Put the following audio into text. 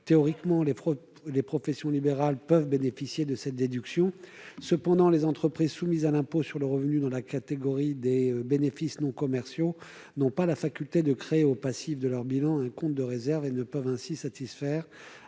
théorie, les professions libérales peuvent bénéficier de cette déduction. Cependant, les entreprises soumises à l'impôt sur le revenu au titre des bénéfices non commerciaux (BNC) n'ont pas la faculté de créer au passif de leurs bilans un compte de réserve et ne peuvent ainsi pas satisfaire